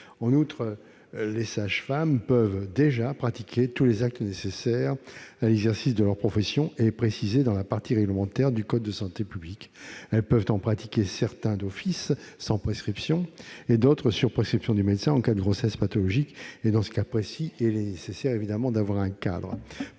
En outre, les sages-femmes peuvent déjà pratiquer tous les actes nécessaires à l'exercice de leur profession et précisés dans la partie réglementaire du code de la santé publique. Elles peuvent en pratiquer certains d'office, sans prescription, et d'autres sur prescription du médecin en cas de grossesse pathologique- dans ce cas précis, il est nécessaire d'avoir un cadre.